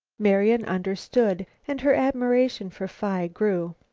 marian understood, and her admiration for phi grew.